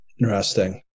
Interesting